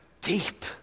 deep